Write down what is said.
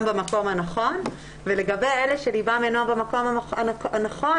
במקום הנכון ולגבי אלה שליבם אינו במקום הנכון,